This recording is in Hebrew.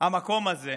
המקום הזה,